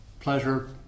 Pleasure